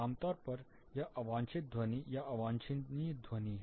आमतौर पर यह अवांछित ध्वनि या अवांछनीय ध्वनि है